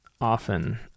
often